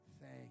thank